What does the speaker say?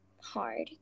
hard